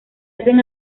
hacen